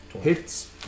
Hits